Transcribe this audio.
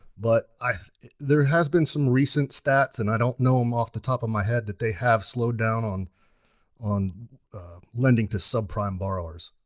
but there has been some recent stats, and i don't know em off the top of my head, that they have slowed down on on lending to subprime borrowers.